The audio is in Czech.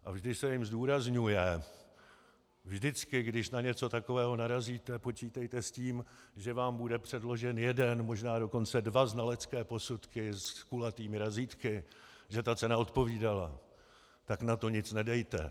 A vždy se jim zdůrazňuje: Vždycky když na něco takového narazíte, počítejte s tím, že vám bude předložen jeden, možná dokonce dva znalecké posudky s kulatými razítky, že ta cena odpovídala, tak na to nic nedejte.